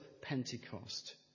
Pentecost